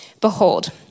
Behold